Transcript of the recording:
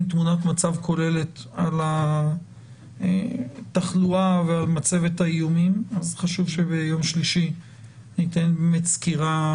תמונת מצב כוללת על התחלואה וחשוב שביום שלישי תינתן סקירה